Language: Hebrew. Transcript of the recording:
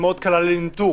מאוד קלה לניטור.